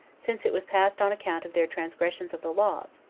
since it was passed on account of their transgressions of the laws,